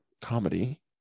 comedy